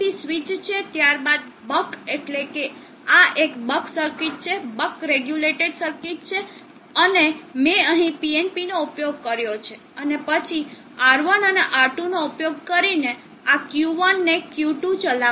switch છે ત્યારબાદ buck એટલેકે આ એક બક સર્કિટ છે બક રેગ્યુલેટેડ સર્કિટ છે અને મેં અહીં PNP નો ઉપયોગ કર્યો છે અને પછી R1 અને R2 નો ઉપયોગ કરીને આ Q1 ને Q2 ચલાવવા